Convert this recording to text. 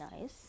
nice